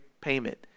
payment